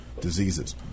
diseases